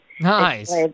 Nice